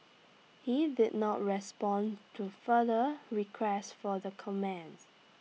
he did not respond to further requests for the comment